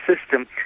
system